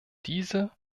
diese